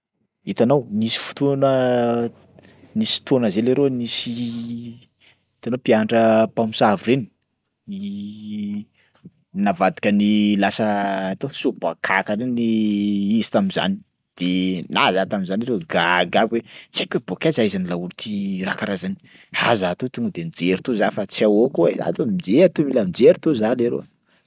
Hitanao nisy fotoana, nisy fotoana zay leroa nisy hitanao mpianatra mpamosavy reny navadikany lasa taoko sôbakaka reny izy tam'zany de na za tam'zany leroa gaga aby hoe tsy haiko hoe bôkaiza ahaizan'ny laolo ty raha karaha zany. Ah za to tonga de nijery to za fa tsy ahoako e za to mijery to mila mijery to za leroa.